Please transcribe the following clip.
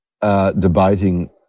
debating